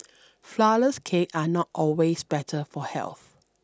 Flourless Cakes are not always better for health